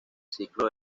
ciclo